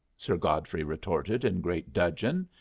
sir godfrey retorted in great dudgeon.